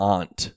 Aunt